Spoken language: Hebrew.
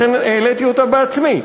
לכן העליתי אותה בעצמי.